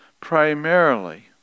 primarily